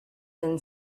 than